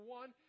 one